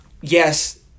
yes